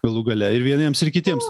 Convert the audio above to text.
galų gale ir vieniems ir kitiems